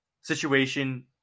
situation